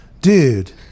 Dude